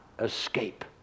escape